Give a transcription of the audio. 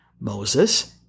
Moses